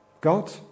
God